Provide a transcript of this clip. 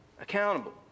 accountable